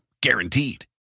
Guaranteed